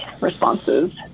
responses